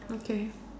okay